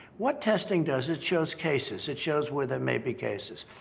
what testing does, it shows cases. it shows where there may be cases.